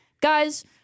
guys